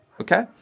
Okay